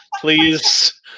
please